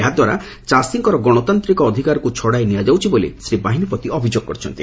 ଏହା ଦ୍ୱାରା ଚାଷୀଙ୍କର ଗଣତାନ୍ତିକ ଅଧିକାରକୁ ଛଡ଼ାଇ ନିଆଯାଉଛି ବୋଲି ଶ୍ରୀ ବାହିନୀପତି ଅଭିଯୋଗ କରିଛନ୍ତି